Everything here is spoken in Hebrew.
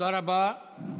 תודה רבה.